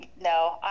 no